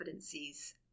competencies